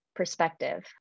perspective